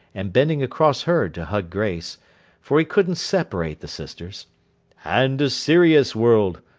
and bending across her to hug grace for he couldn't separate the sisters and a serious world,